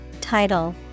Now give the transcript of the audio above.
title